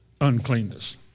uncleanness